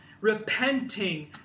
repenting